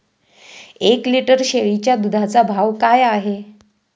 एक लिटर शेळीच्या दुधाचा भाव काय आहे?